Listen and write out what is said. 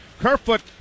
Kerfoot